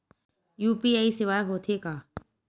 UPI सेवाएं हो थे का?